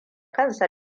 kansa